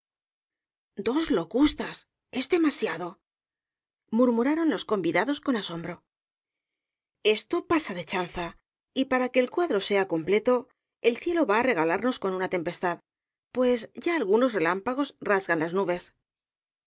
dos locustas es demasiado murmuraron los convidados con asombro esto pasa de chanza y para que el cuadro sea completo el cielo va á regalarnos con una tempestad pues ya algunos relámpagos rasgan las nubes